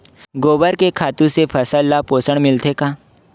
गोबर के खातु से फसल ल पोषण मिलथे का?